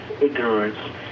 ignorance